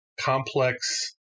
complex